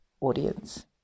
audience